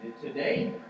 today